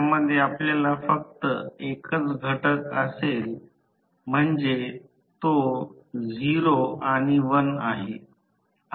त्याचप्रमाणे जर फक्त हे पहा तर 3 किलोवॅट पॉवर फॅक्टर देण्यात आला आहे तो 10 तास आहे